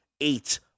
eight